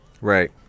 right